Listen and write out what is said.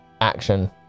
action